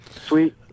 Sweet